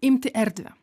imti erdvę